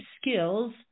skills